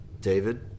David